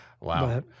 Wow